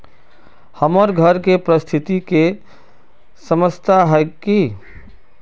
हमर घर के परिस्थिति के समझता है की?